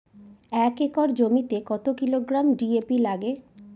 এক একর জমিতে কত কিলোগ্রাম ডি.এ.পি লাগে?